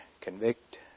convict